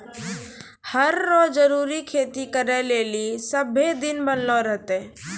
हर रो जरूरी खेती करै लेली सभ्भे दिन बनलो रहतै